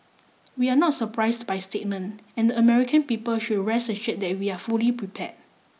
we are not surprised by statement and the American people should rest assured that we are fully prepared